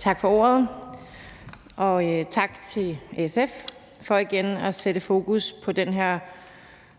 Tak for ordet, og tak til SF for igen at sætte fokus på den her